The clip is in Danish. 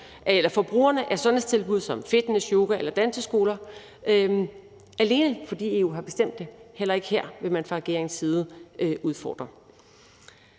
dyrere for brugerne af sundhedstilbud som fitness, yoga eller danseskoler, alene fordi EU har bestemt det – heller ikke her vil man fra regeringens side udfordre